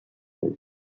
him